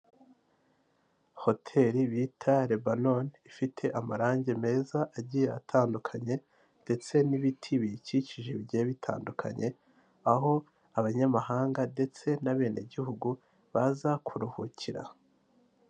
Hoteli bita rebanoni ifite amarangi meza agiye atandukanye ndetse n'ibiti biyikikije bigiye bitandukanye, aho abanyamahanga ndetse n'abenegihugu baza kuruhukira.